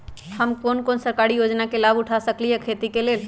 हम कोन कोन सरकारी योजना के लाभ उठा सकली ह खेती के लेल?